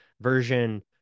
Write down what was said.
version